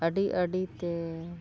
ᱟᱹᱰᱤᱼᱟᱹᱰᱤᱛᱮ